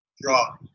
draw